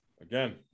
Again